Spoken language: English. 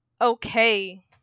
okay